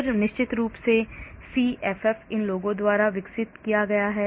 फिर निश्चित रूप से CFF इन लोगों द्वारा विकसित किया गया है